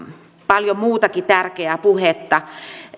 paljon muutakin tärkeää puhetta